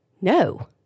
No